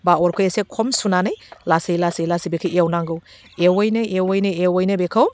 बा अरखौ एसे खम सुनानै लासै लासै लासै बेखौ एवनांगौ एवैनो एवैनो एवैनो बेखौ